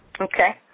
Okay